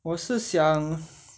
我是想